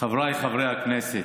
חבריי חברי הכנסת,